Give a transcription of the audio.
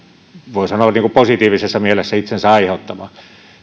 voi sanoa positiivisessa mielessä itsensä aiheuttama